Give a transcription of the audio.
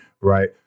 right